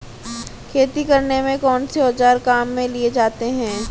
खेती करने में कौनसे औज़ार काम में लिए जाते हैं?